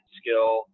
skill